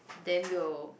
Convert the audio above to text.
then we'll